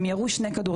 והם ירו כדורים,